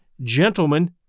gentlemen